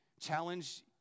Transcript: challenge